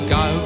go